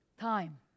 time